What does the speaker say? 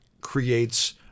creates